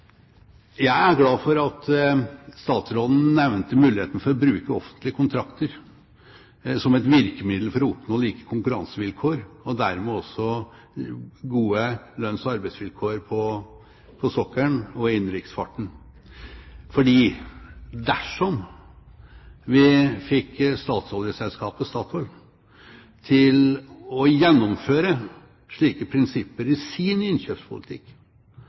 Jeg er glad for at statsråden nevnte muligheten for å bruke offentlige kontrakter som et virkemiddel for å oppnå like konkurransevilkår og dermed også gode lønns- og arbeidsvilkår på sokkelen og i innenriksfarten. Dersom vi fikk statsoljeselskapet Statoil til å gjennomføre slike prinsipper i sin innkjøpspolitikk,